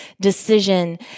decision